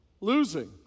losing